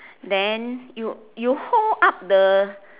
then you you hold up the